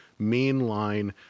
mainline